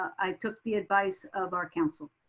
i took the advice of our counsel.